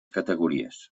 categories